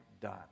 done